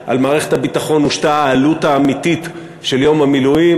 הושתה על מערכת הביטחון העלות האמיתית של יום המילואים,